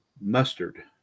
mustard